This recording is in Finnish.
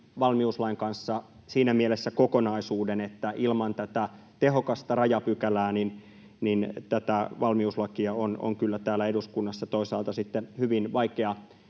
valmiuslain kanssa siinä mielessä kokonaisuuden, että ilman tätä tehokasta rajapykälää tätä valmiuslakia on kyllä täällä eduskunnassa toisaalta sitten hyvin vaikea